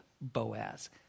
Boaz